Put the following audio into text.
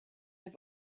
i’ve